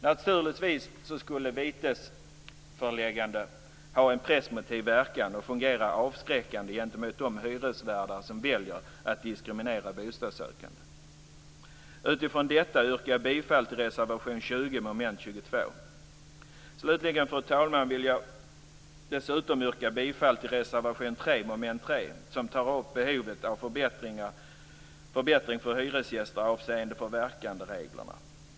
Naturligtvis skulle vitesföreläggande ha en preventiv verkan och fungera avskräckande gentemot de hyresvärdar som väljer att diskriminera bostadssökande. Utifrån detta yrkar jag bifall till reservation 20 Slutligen, fru talman, vill jag dessutom yrka bifall till reservation 3 under mom. 3, som tar upp behovet av förbättring för hyresgäster avseende förverkandereglerna.